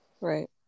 Right